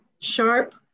sharp